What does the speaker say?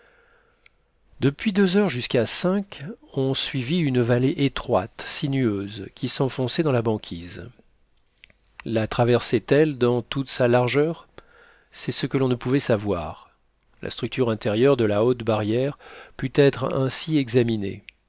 depuis deux heures jusqu'à cinq on suivit une vallée étroite sinueuse qui s'enfonçait dans la banquise la traversait elle dans toute sa largeur c'est ce que l'on ne pouvait savoir la structure intérieure de la haute barrière put être ainsi examinée